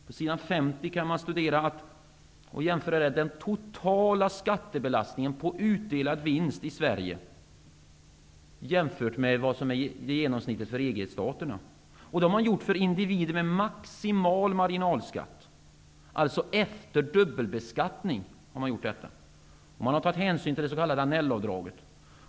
På s. 50 kan man läsa om den totala skattebelastningen på utdelad vinst hos individer med maximal marginalskatt, alltså efter dubbelbeskattning; man har också tagit hänsyn till det s.k. Annellavdraget.